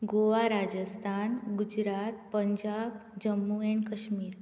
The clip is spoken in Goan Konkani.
गोवा राजस्थान गुजरात पंजाब जम्मू एण्ड कश्मीर